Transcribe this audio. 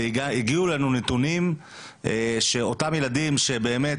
והגיעו אלינו נתונים שאותם ילדים שבאמת